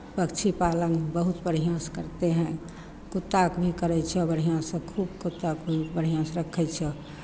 पक्षी पालन बहुत बढ़िआँसँ करते हैं कुत्ताकेँ भी करै छियह बढ़िआँसँ खूब कुत्ताकेँ भी बढ़िआँसँ रखै छियह